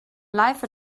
life